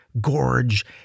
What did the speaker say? gorge